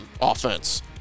offense